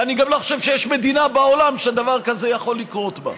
ואני גם לא חושב שיש מדינה בעולם שדבר כזה יכול לקרות בה.